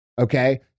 Okay